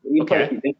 okay